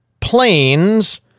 planes